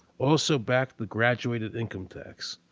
also backed the graduated income tax,